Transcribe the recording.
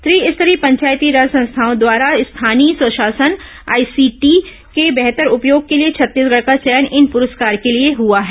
त्रि स्तरीय पंचायती राज संस्थाओं द्वारा स्थानीय स्व शासन आईसीटी के बेहतर उपयोग के लिए छत्तीसगढ़ का चयन इन पुरस्कार के लिए हुआ है